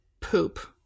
poop